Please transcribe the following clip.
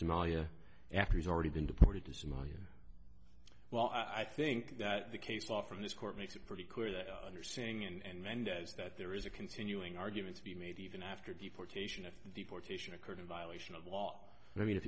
somalia after he's already been deported to somalia well i think that the case law from this court makes it pretty clear that understanding and mendez that there is a continuing argument to be made even after deportation if deportation occurred in violation of law i mean